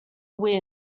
win